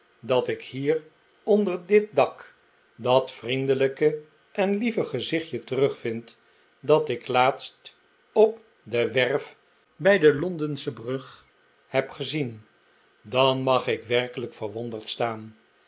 dat ik hier onder dit dak dat vriendelijke en lieve gezichtje terugvind dat ik laatst op de werf bjj de londensche brug heb gezien dan mag ik werkelijk verwonderd staan